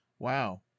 Wow